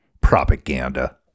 Propaganda